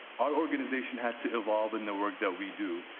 our organization had to evolve in the work that we do,